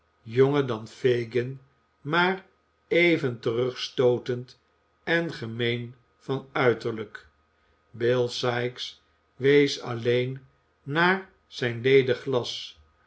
jonger dan fagin maar even terugstootend en gemeen van uiterlijk bill sikes wees alleen naar zijn ledig